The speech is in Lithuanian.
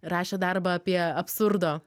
rašė darbą apie absurdo